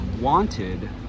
wanted